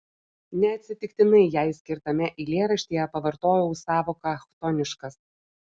neatsitiktinai jai skirtame eilėraštyje pavartojau sąvoką chtoniškas